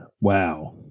Wow